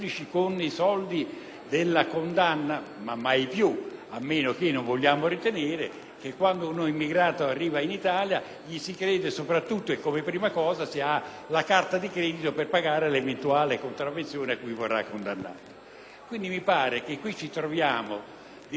che quando l'immigrato arriva in Italia gli si debba chiedere per prima cosa se ha la carta di credito per pagare l'eventuale contravvenzione a cui verrà condannato. Ci troviamo quindi di fronte a uno di quei reati assolutamente inutili sotto ogni profilo.